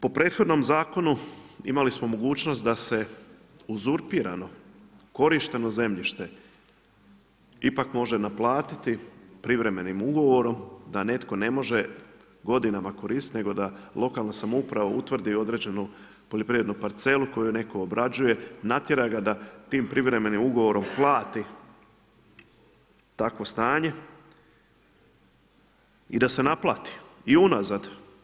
Po prethodnom zakonu imali smo mogućnost da se uzurpirano korišteno zemljište ipak može naplatiti privremenim ugovorom da netko ne može godinama koristiti, nego da lokalna samouprava utvrdi određenu poljoprivrednu parcelu koju netko obrađuje, natjera ga da tim privremenim ugovorom plati takvo stanje i da se naplati i unazad.